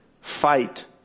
fight